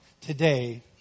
today